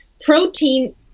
Protein